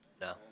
No